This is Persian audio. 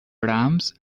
رمز